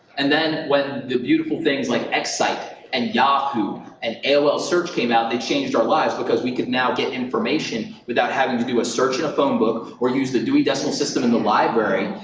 and then, when the beautiful things like excite and yahoo and aol search came out that changed our lives because we could now get information without having to do a search in a phone book or use the dewey decimal system in the library.